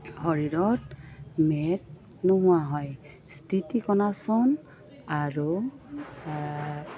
শৰীৰত মেদ নোহোৱা হয় স্থিতি কণাসন আৰু